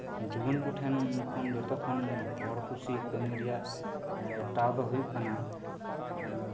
ᱡᱩᱣᱟᱹᱱ ᱠᱚ ᱴᱷᱮᱱ ᱠᱷᱚᱱ ᱡᱚᱛᱚ ᱠᱷᱚᱱ ᱦᱚᱲ ᱠᱩᱥᱤ ᱠᱟᱹᱢᱤ ᱨᱮᱭᱟᱜ ᱴᱟᱣ ᱫᱚ ᱦᱩᱭᱩᱜ ᱠᱟᱱᱟ